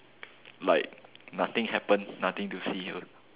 like nothing happen nothing to see